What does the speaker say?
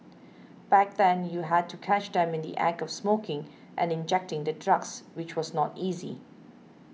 back then you had to catch them in the Act of smoking and injecting the drugs which was not easy